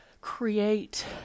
create